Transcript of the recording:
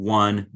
one